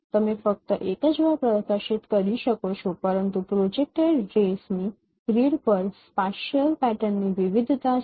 તમે ફક્ત એક જ વાર પ્રકાશિત કરી શકો છો પરંતુ પ્રોજેકટેડ રેસ્ ની ગ્રીડ પર સ્પાશિયલ પેટર્નની વિવિધતા છે